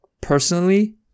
personally